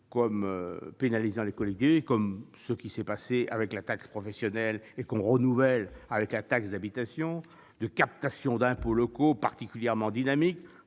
pénalisant les collectivités, comme ce fut le cas avec la taxe professionnelle et comme ce le sera avec la taxe d'habitation, de captations d'impôts locaux particulièrement dynamiques,